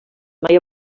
mai